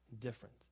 different